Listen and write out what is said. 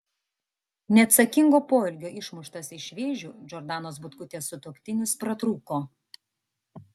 neatsakingo poelgio išmuštas iš vėžių džordanos butkutės sutuoktinis pratrūko